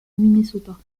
minnesota